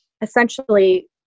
essentially